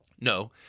No